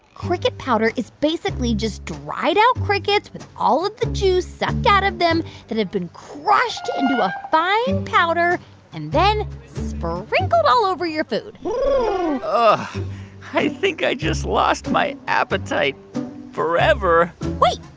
cricket powder is basically just dried-out crickets with all of the juice sucked out of them that have been crushed into a fine powder and then sprinkled all over your food i think i just lost my appetite forever wait.